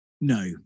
No